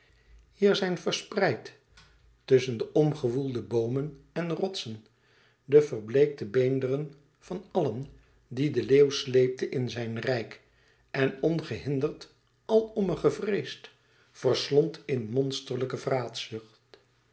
hier zijn verspreid tusschen de omgewoelde boomen en rotsen de verbleekte beenderen van allen die de leeuw sleepte in zijn rijk en ongehinderd alomme gevreesd verslond in monsterlijke